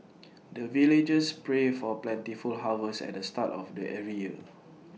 the villagers pray for plentiful harvest at the start of the every year